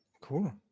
cool